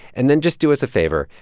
and then just do us a favor.